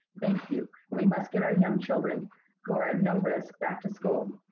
thank you. we must get our young children who are at no risk back to school.